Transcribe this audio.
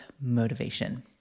motivation